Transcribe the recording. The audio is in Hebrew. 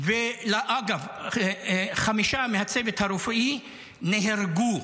אגב, חמישה מהצוות הרפואי נהרגו.